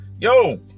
yo